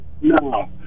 No